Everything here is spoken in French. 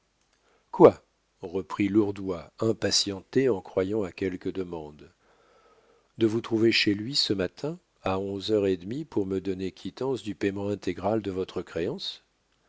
quoi reprit lourdois impatienté en croyant à quelque demande de vous trouver chez lui ce matin à onze heures et demie pour me donner quittance du paiement intégral de votre créance